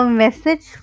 message